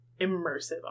immersive